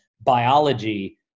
biology